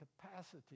capacity